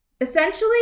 Essentially